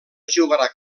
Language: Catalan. jugarà